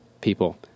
people